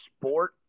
sport